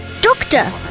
Doctor